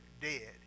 dead